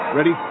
Ready